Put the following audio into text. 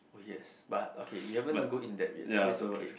oh yes but okay we haven't go in depth yet so it's okay